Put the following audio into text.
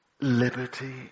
Liberty